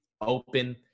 open